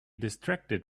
distracted